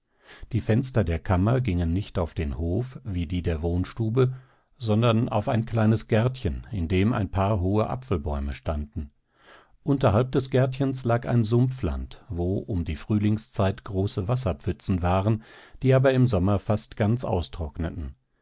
die fenster der kammer gingen nicht auf den hof wie die der wohnstube sondern auf ein kleines gärtchen in dem ein paar hohe äpfelbäume standen unterhalb des gärtchens lag ein sumpfland wo um die frühlingszeit große wasserpfützen waren die aber im sommer fast ganz austrockneten